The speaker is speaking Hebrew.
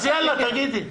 אז יאללה, תגידי.